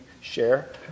share